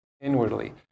inwardly